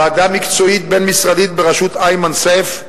ועדה מקצועית בין-משרדית בראשות איימן סייף,